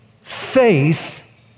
faith